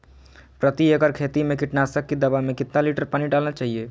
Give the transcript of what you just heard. प्रति एकड़ खेती में कीटनाशक की दवा में कितना लीटर पानी डालना चाइए?